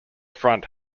front